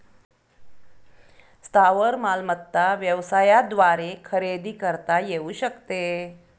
स्थावर मालमत्ता व्यवसायाद्वारे खरेदी करता येऊ शकते